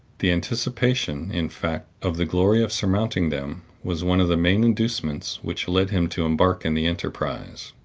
the anticipation, in fact, of the glory of surmounting them was one of the main inducements which led him to embark in the enterprise.